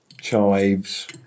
chives